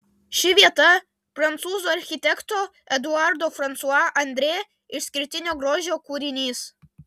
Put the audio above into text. ši vieta prancūzų architekto eduardo fransua andrė išskirtinio grožio kūrinys